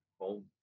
home